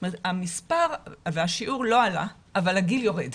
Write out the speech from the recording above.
השיעור לא עלה אבל הגיל יורד.